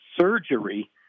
surgery